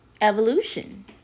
evolution